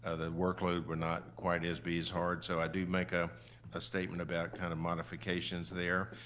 ah the workload would not quite as be as hard. so i do make a ah statement about kind of modifications there.